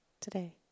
Today